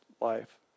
life